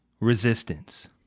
resistance